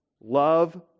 Love